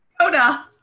Yoda